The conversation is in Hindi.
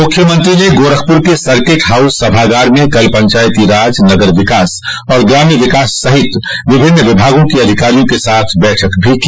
मुख्यमंत्री ने गोरखपुर के सर्किट हाउस सभागार में कल पंचायती राज नगर विकास और ग्राम्य विकास सहित विभिन्न विभागों के अधिकारियों के साथ भी बैठक की